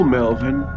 Melvin